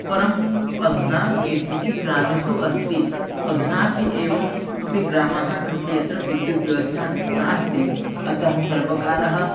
परम् अधुना केषुचित् ग्रामेशु अस्ति अधुनापि एवम् अपि ग्रामाः सन्ति यत्र विद्युद्व्यवस्था नास्ति अतः सर्वकारः